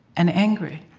and angry.